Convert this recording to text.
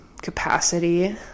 capacity